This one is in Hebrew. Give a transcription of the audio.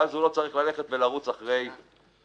ואז הוא לא צריך לרוץ אחרי זה.